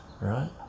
Right